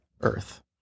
earth